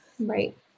Right